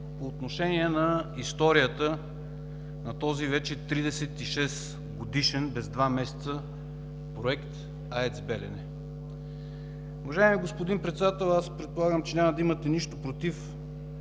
по отношение на историята на този вече 36-годишен, без два месеца, проект АЕЦ „Белене“. Уважаеми господин Председател, аз предполагам, че няма да имате нищо против,